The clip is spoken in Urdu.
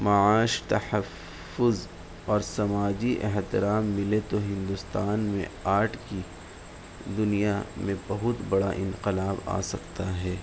معاش تحفظ اور سماجی احترام ملے تو ہندوستان میں آرٹ کی دنیا میں بہت بڑا انقلاب آ سکتا ہے